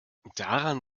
daran